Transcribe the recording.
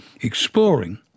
exploring